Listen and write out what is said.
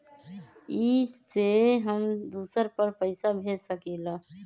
इ सेऐ हम दुसर पर पैसा भेज सकील?